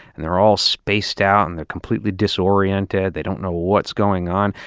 and they're all spaced out and they're completely disoriented. they don't know what's going on,